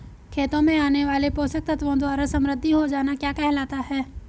खेतों में आने वाले पोषक तत्वों द्वारा समृद्धि हो जाना क्या कहलाता है?